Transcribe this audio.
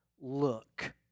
look